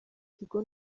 kigo